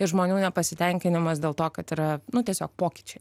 ir žmonių nepasitenkinimas dėl to kad yra nu tiesiog pokyčiai